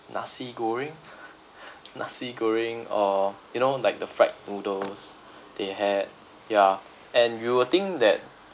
nasi goreng nasi goreng or you know like the fried noodles they had yeah and you will think that